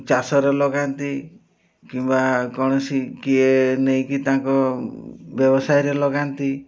ଚାଷରେ ଲଗାନ୍ତି କିମ୍ବା କୌଣସି କିଏ ନେଇକି ତାଙ୍କ ବ୍ୟବସାୟରେ ଲଗାନ୍ତି